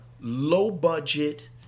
low-budget